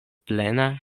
plena